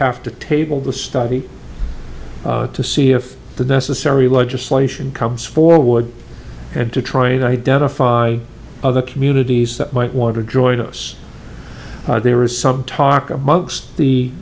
have to table the study to see if the necessary legislation comes forward and to try to identify other communities that might want to join us there is some talk amongst the